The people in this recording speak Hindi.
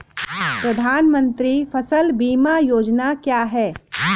प्रधानमंत्री फसल बीमा योजना क्या है?